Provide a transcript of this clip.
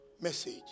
Message